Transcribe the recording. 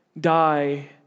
die